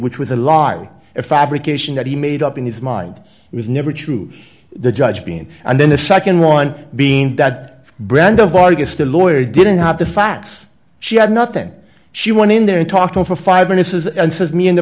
which was a lie a fabrication that he made up in his mind it was never true the judge being and then the nd one being that brand of artist the lawyer didn't have the facts she had nothing she went in there and talked on for five minutes is and says me in the